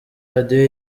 radio